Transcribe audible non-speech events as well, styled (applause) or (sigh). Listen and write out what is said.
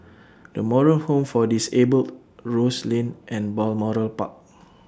The Moral Home For Disabled Rose Lane and Balmoral Park (noise)